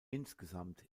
insgesamt